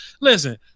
Listen